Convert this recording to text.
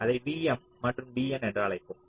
அதை vm மற்றும் vn என்று அழைப்போம்